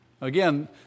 Again